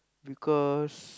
because